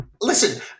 Listen